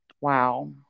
Wow